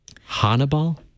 Hannibal